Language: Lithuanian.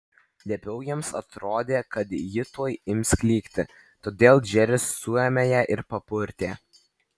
liepiau jiems atrodė kad ji tuoj ims klykti todėl džeris suėmė ją ir papurtė